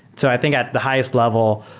so i think at the highest level,